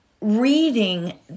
reading